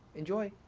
enjoy!